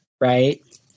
right